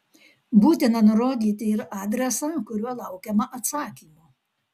būtina nurodyti ir adresą kuriuo laukiama atsakymo